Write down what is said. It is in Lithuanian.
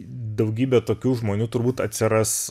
daugybė tokių žmonių turbūt atsiras